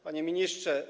Panie Ministrze!